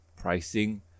pricing